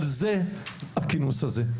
על זה הכינוס הזה.